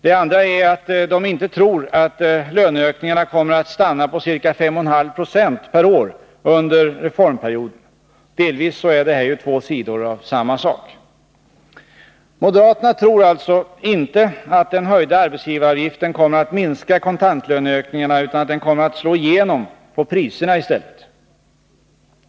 Det andra är att de inte tror att löneökningarna kommer att stanna på ca 5,5 6 per år under reformperioden. Delvis är det två sidor av samma sak. Moderaterna tror alltså att den höjda arbetsgivaravgiften inte kommer att minska kontantlöneökningarna utan kommer att slå igenom på priserna i stället.